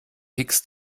higgs